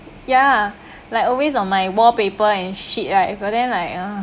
ya like always on my wallpaper and shit right but then like ugh